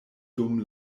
dum